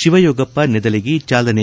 ಶಿವಯೋಗಪ್ಪ ನೆದಲಗಿ ಚಾಲನೆ ನೀಡಿದರು